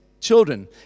children